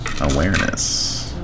Awareness